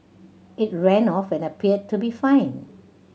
it ran off and appeared to be fine